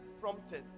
prompted